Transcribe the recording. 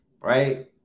right